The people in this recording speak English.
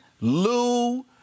Lou